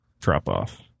drop-off